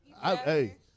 hey